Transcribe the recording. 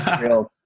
Real